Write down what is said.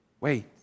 Wait